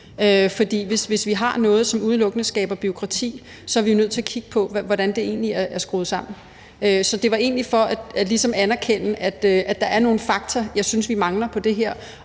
For hvis vi har noget, som udelukkende skaber bureaukrati, er vi jo nødt til at kigge på, hvordan det egentlig er skruet sammen. Så det var egentlig for ligesom at anerkende, at der er nogle fakta, jeg synes vi mangler om det her.